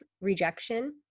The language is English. rejection